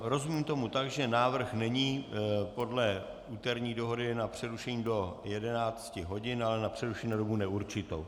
Rozumím tomu tak, že návrh není podle úterní dohody na přerušení do 11 hodin, ale na přerušení na dobu neurčitou.